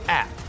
app